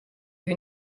più